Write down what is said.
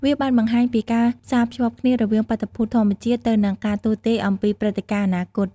វាបានបង្ហាញពីការផ្សារភ្ជាប់គ្នារវាងបាតុភូតធម្មជាតិ ទៅនឹងការទស្សន៍ទាយអំពីព្រឹត្តិការណ៍អនាគត។